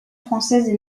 françaises